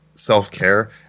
self-care